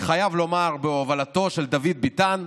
אני חייב לומר, בהובלתו של דוד ביטן,